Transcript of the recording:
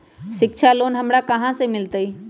शिक्षा लोन हमरा कहाँ से मिलतै?